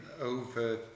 over